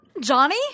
Johnny